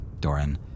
Doran